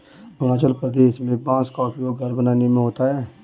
अरुणाचल प्रदेश में बांस का उपयोग घर बनाने में होता है